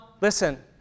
listen